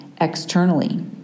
externally